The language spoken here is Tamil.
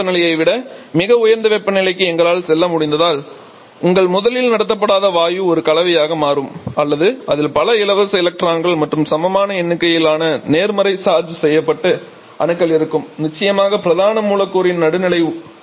தொடக்க வெப்பநிலையை விட மிக உயர்ந்த வெப்பநிலைக்கு எங்களால் செல்ல முடிந்தால் உங்கள் முதலில் நடத்தப்படாத வாயு ஒரு கலவையாக மாறும் அல்லது அதில் பல இலவச எலக்ட்ரான்கள் மற்றும் சமமான எண்ணிக்கையிலான நேர்மறை சார்ஜ் செய்யப்பட்ட அணுக்கள் இருக்கும் நிச்சயமாக பிரதான மூலக்கூறின் நடுநிலை